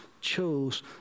chose